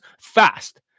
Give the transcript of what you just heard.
fast